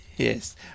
Yes